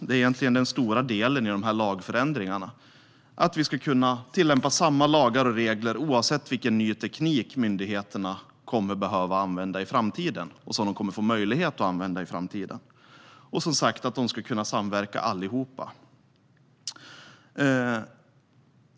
Den stora delen i de här lagförändringarna är att vi ska kunna tillämpa samma lagar och regler oavsett vilken ny teknik myndigheterna kommer att behöva använda i framtiden och som de kommer att få möjlighet att använda i framtiden. Målet är också att de alla ska kunna samverka.